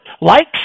likes